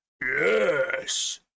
Yes